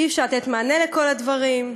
אי-אפשר לתת מענה לכל הדברים,